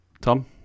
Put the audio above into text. Tom